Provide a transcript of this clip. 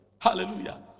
hallelujah